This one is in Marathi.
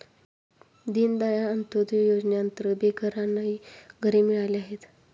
दीनदयाळ अंत्योदय योजनेअंतर्गत बेघरांनाही घरे मिळाली आहेत